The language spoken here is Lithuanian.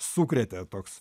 sukrėtė toks